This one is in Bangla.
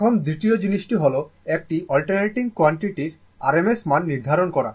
এখন দ্বিতীয় জিনিসটি হল একটি অল্টারনেটিং কোয়ান্টিটি র RMS মান নির্ধারণ করা